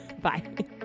bye